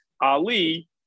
Ali